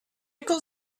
could